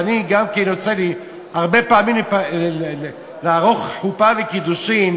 וגם לי יוצא הרבה פעמים לערוך חופה וקידושין